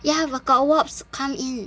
ya but got wasp come in